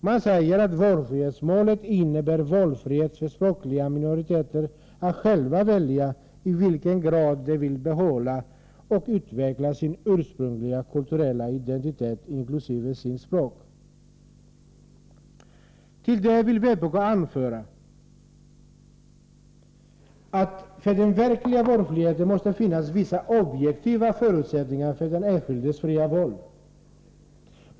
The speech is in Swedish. Man säger att valfrihetsmålet innebär valfrihet för språkliga minoriteter att själva välja i vilken grad de vill behålla och utveckla sin ursprungliga kulturella identitet, inkl. sitt språk. Till detta vill vpk anföra, att det för den verkliga valfriheten måste finnas vissa objektiva förutsättningar för den enskildes fria val.